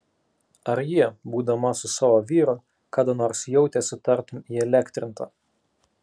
ar ji būdama su savo vyru kada nors jautėsi tartum įelektrinta